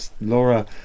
Laura